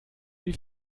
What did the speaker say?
wie